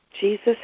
Jesus